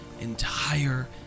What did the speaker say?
entire